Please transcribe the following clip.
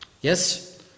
Yes